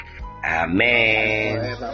amen